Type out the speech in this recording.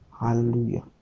Hallelujah